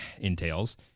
entails